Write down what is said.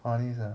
a nice ah